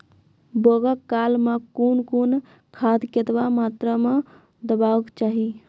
बौगक काल मे कून कून खाद केतबा मात्राम देबाक चाही?